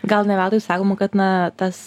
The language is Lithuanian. gal ne veltui sakoma kad na tas